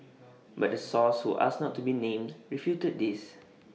but the source who asked not to be named refuted this